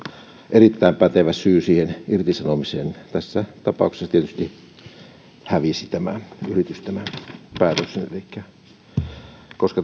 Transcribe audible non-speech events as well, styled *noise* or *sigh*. erittäin pätevä syy siihen irtisanomiseen tässä tapauksessa tämä yritys siis hävisi tämän päätöksen koska *unintelligible*